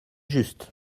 juste